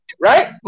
right